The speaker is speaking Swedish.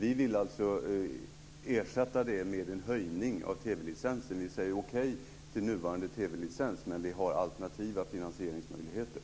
Vi vill alltså ersätta en höjning av TV-licensen med detta. Vi säger okej till nuvarande TV-licens, men vi har alternativa finansieringsmöjligheter.